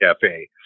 cafe